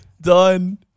done